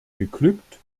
geglückt